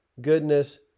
goodness